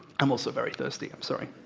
i'm also very thirsty, i'm sorry.